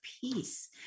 peace